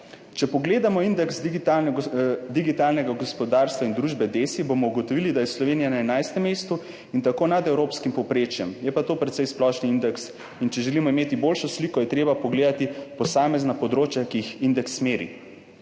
»Če pogledamo indeks digitalnega gospodarstva in družbe DESI, bomo ugotovili, da je Slovenija na 11. mestu in tako nad evropskim povprečjem. Je pa to precej splošni indeks in če želimo imeti boljšo sliko je treba pogledati posamezna področja, ki jih indeks meri.«